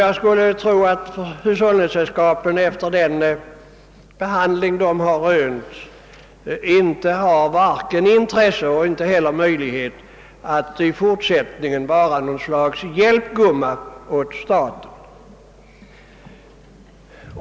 Jag skulle tro att hushållningssällskapen efter den behandling de rönt varken har intresse eller möjlighet att i fortsättningen vara något slags hjälpgumma åt staten.